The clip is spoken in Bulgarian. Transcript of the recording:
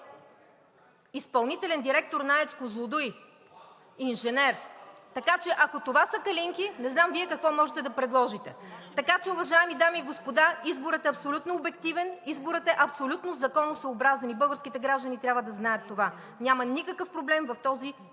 изпълнителен директор на АЕЦ „Козлодуй“, инженер. Така че, ако това са „калинки“, не знам Вие какво можете да предложите?! Така че, уважаеми дами и господа, изборът е абсолютно обективен, изборът е абсолютно законосъобразен и българските граждани трябва да знаят това. Няма никакъв проблем в този избор,